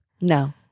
no